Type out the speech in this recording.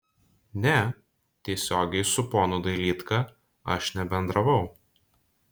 ne tiesiogiai su ponu dailydka aš nebendravau